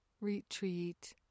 retreat